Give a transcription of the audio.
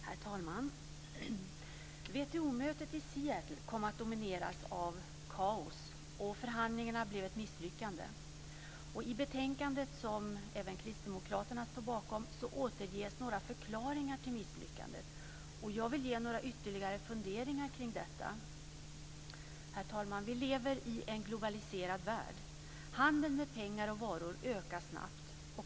Herr talman! WTO-mötet i Seattle kom att domineras av kaos, och förhandlingarna blev ett misslyckande. I betänkandet, som även kristdemokraterna står bakom, återges några förklaringar till misslyckandet. Jag vill ge några ytterligare funderingar kring detta. Herr talman! Vi lever i en globaliserad värld. Handeln med pengar och varor ökar snabbt.